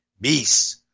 beast